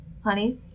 Honey